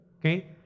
Okay